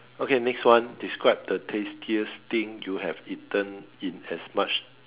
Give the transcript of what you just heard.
okay next one describe the tastiest thing you have eaten in as much